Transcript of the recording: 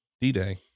D-Day